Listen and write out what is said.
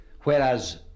whereas